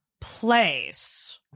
place